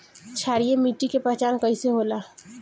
क्षारीय मिट्टी के पहचान कईसे होला?